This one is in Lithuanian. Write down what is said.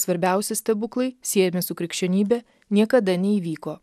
svarbiausi stebuklai siejami su krikščionybe niekada neįvyko